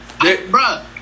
Bruh